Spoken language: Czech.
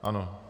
Ano.